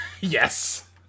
Yes